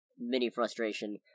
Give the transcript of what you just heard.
mini-frustration